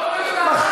מה קבע?